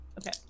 Okay